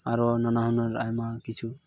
ᱟᱨᱚ ᱱᱟᱱᱟ ᱦᱩᱱᱟᱹᱨ ᱟᱭᱢᱟ ᱠᱤᱪᱷᱩ